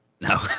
No